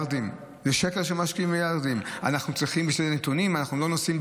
זה שזה כישלון זה לא אני אומר,